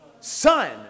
Son